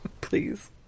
please